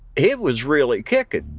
it was really kicking.